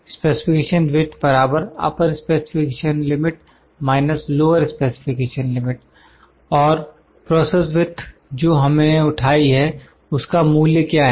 specification with upper specification limit lower specification limit और process with जो हमने उठाई है उसका मूल्य क्या है